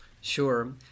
Sure